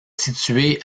située